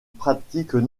pratiquent